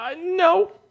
No